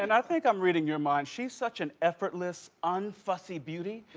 and i think i'm reading your mind. she's such an effortless, unfussy beauty,